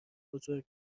بزرگی